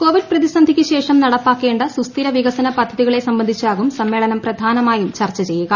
Covid പ്രതിസന്ധിക്ക് ശേഷം നടപ്പാക്കേണ്ട സുസ്ഥിര വികസന പദ്ധതികളെ സംബന്ധിച്ചാകും സമ്മേളനം പ്രധാനമായും ചർച്ച ചെയ്യുക